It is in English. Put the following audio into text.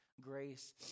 grace